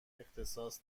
اختصاص